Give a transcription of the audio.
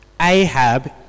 Ahab